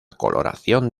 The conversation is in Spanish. coloración